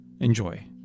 Enjoy